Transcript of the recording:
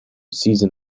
season